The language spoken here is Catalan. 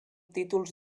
títols